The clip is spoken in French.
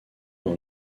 dans